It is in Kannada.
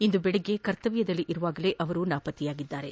ಇಂದು ಬೆಳಗ್ಗೆಯಿಂದ ಕರ್ತವ್ಯದಲ್ಲಿರುವಾಗಲೇ ಅವರು ನಾಪತ್ತೆಯಾಗಿದ್ದಾರೆ